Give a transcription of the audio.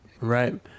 right